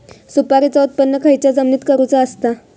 सुपारीचा उत्त्पन खयच्या जमिनीत करूचा असता?